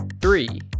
Three